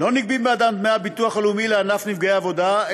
לא נגבים בעדם דמי ביטוח לאומי לענף נפגעי עבודה,